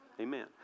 Amen